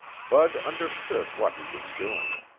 bud understood what he was doing,